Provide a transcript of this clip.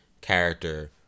character